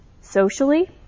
socially